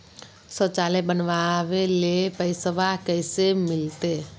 शौचालय बनावे ले पैसबा कैसे मिलते?